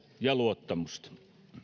ja luottamusta